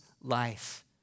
life